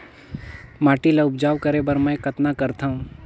माटी ल उपजाऊ करे बर मै कतना करथव?